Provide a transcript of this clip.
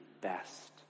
best